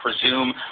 presume